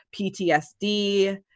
PTSD